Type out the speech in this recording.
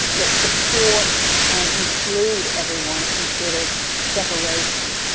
that support and include everyone instead of separation.